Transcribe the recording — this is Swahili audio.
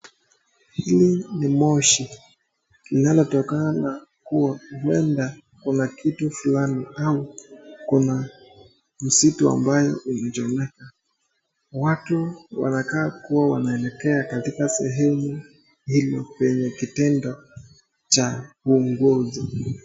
Hili ni moshi linatokana kuwa kwenda kuna kitu fulani au kuna msitu ambayo imechomeka. Watu wanakakua wanaelekea katika sehemu hilo yenye kitendo cha uongozi.